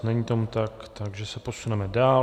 Není tomu tak, takže se posuneme dál.